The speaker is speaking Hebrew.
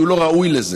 כי הוא לא ראוי לזה,